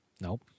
Nope